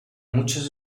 muchos